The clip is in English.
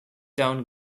down